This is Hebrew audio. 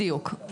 בדיוק.